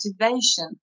motivation